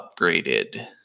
upgraded